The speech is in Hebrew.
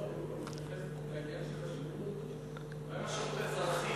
לעניין של השירות, מה עם השירות האזרחי?